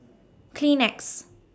Kleenex